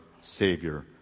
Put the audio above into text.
Savior